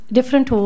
Different